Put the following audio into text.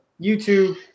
YouTube